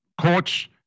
courts